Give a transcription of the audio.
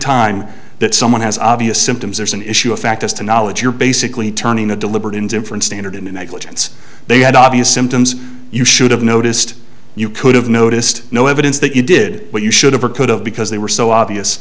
time that someone has obvious symptoms there's an issue of fact as to knowledge you're basically turning a deliberate indifference standard into negligence they had obvious symptoms you should have noticed you could have noticed no evidence that you did what you should have or could have because they were so obvious